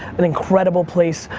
an incredible place,